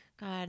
God